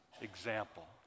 example